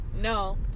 No